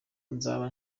nzaba